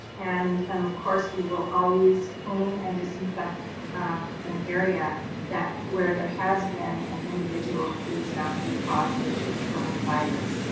and um of course we will always clean and disinfect an area where there has been an individual who was found to be positive with coronavirus.